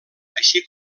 així